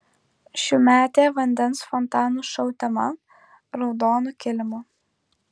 šiųmetė vandens fontanų šou tema raudonu kilimu